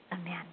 Amen